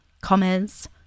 commas